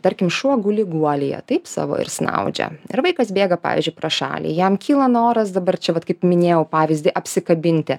tarkim šuo guli guolyje taip savo ir snaudžia ir vaikas bėga pavyzdžiui pro šalį jam kyla noras dabar čia vat kaip minėjau apsikabinti apsikabinti